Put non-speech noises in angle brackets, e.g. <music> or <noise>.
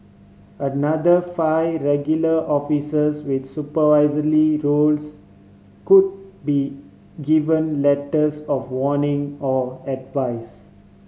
another five regular officers with <unintelligible> roles could be given letters of warning or advice